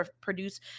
produce